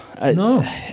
No